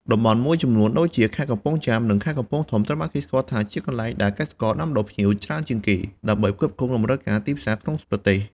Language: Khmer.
តំបន់មួយចំនួនដូចជា ខេត្តកំពង់ចាម និង ខេត្តកំពង់ធំ ត្រូវបានគេស្គាល់ថាជាកន្លែងដែលកសិករដាំដុះផ្ញៀវច្រើនជាងគេ ដើម្បីផ្គត់ផ្គង់តម្រូវការទីផ្សារក្នុងប្រទេស។